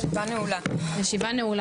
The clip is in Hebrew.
הישיבה ננעלה בשעה 16:00.